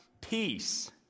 peace